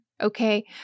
Okay